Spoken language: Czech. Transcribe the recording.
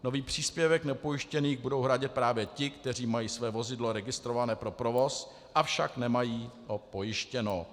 Nový příspěvek nepojištěných budou hradit právě ti, kteří mají své vozidlo registrované pro provoz, avšak ho nemají pojištěno.